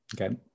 Okay